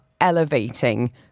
elevating